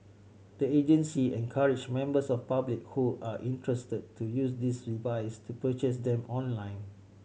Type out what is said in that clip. the agency encouraged members of the public who are interested to use these devices to purchase them online